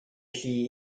chi